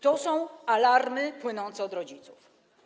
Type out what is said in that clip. To są alarmy płynące od rodziców.